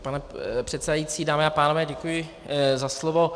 Pane předsedající, dámy a pánové, děkuji za slovo.